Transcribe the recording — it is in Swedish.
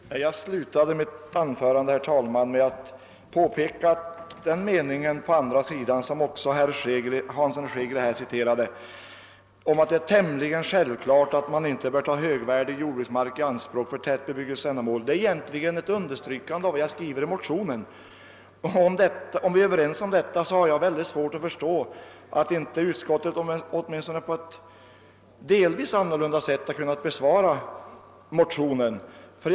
Herr talman! Jag slutade mitt anförande med att påpeka att den mening på andra sidan i utlåtandet, som även herr Hansson i Skegrie citerade — att det är tämligen självklart att man inte bör ta högvärdig jordbruksmark i anspråk för tätbebyggelseändamål egentligen är ett understrykande av vad jag skriver i motionen. Om vi är överens härom har jag svårt att förstå, att utskottet inte kunnat besvara min motion på ett åtminstone något annorlunda sätt.